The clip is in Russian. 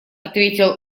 ответил